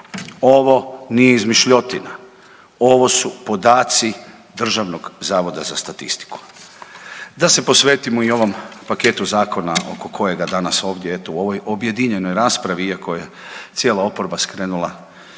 Ovo nije izmišljotina. Ovo su podaci Državnog zavoda za statistiku. Da se posvetimo i ovom paketu zakona oko kojega danas ovdje u ovoj objedinjenoj raspravi iako je cijela oporba skrenula